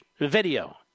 video